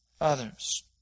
others